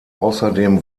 außerdem